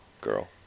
girl